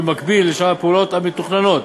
ובמקביל לשאר הפעולות המתוכננות